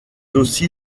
aussi